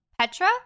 Petra